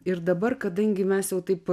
ir dabar kadangi mes jau taip